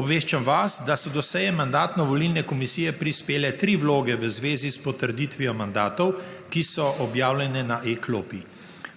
Obveščam vas, da so do seje Mandatno-volilne komisije prispele tri vloge v zvezi s potrditvijo mandatov, ki so objavljene na e-klopi.